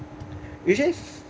usually